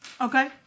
Okay